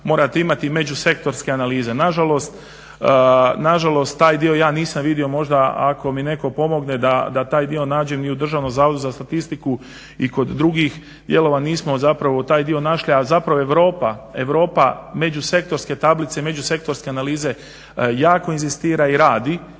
morate imati međusektorske analize. Na žalost, taj dio ja nisam vidio. Možda ako mi netko pomogne da taj dio nađem i u Državnom zavodu za statistiku i kod drugih dijelova nismo zapravo taj dio našli, a zapravo Europa, međusektorske tablice, međusektorske analize jako inzistira i radi